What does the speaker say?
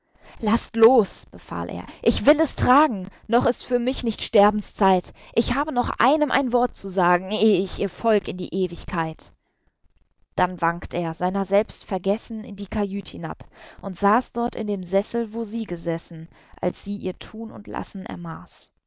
laßt los befahl er ich will es tragen noch ist für mich nicht sterbens zeit ich habe noch einem ein wort zu sagen eh ich ihr folg in die ewigkeit dann wankt er seiner selbst vergessen in die kajüt hinab und saß dort in dem sessel wo sie gesessen als sie ihr thun und lassen ermaß er